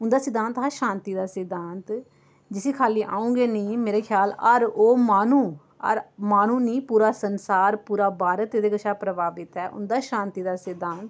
उन्दा सिद्धांत हा शांति दा सिद्धांत जिसी खाल्ली अ'ऊं गै नेईं मेरे ख्याल हर ओह् माह्नू हर माह्नू नी पूरा संसार पूरा भारत एह्दे कशा प्रभावत ऐ उन्दा शांति दा सिद्धांत